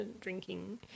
drinking